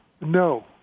No